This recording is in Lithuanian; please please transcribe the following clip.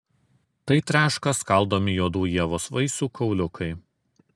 tai treška skaldomi juodų ievos vaisių kauliukai